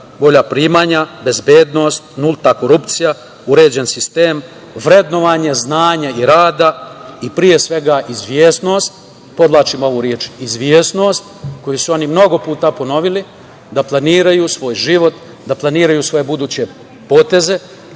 bolja primanja, bezbednost, nulta korupcija, uređen sistem, vrednovanje znanja i rada i, pre svega, izvesnost, podvlačim ovu reč izvesnost, koju su oni mnogo puta ponovili, da planiraju svoj život, da planiraju svoje buduće poteze,